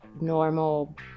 normal